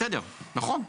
בסדר, נכון.